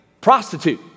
prostitute